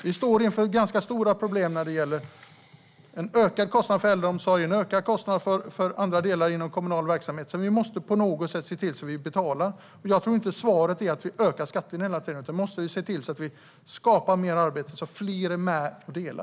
Vi står inför ganska stora problem i form av en ökad kostnad för äldreomsorgen och även för andra delar inom den kommunala verksamheten, så vi måste på något sätt se till att betala. Jag tror inte att svaret är att öka skatterna hela tiden, utan vi måste skapa mer arbete så att fler kan vara med och dela.